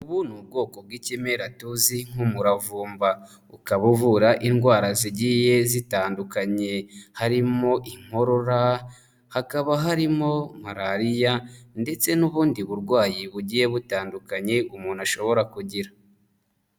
Ubu ni ubwoko bw'ikimera tuzi nk'umuravumba, ukaba uvura indwara zigiye zitandukanye, harimo inkorora, hakaba harimo Malariya, ndetse n'ubundi burwayi bugiye butandukanye umuntu ashobora kugira.